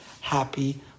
Happy